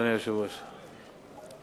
אדוני היושב-ראש,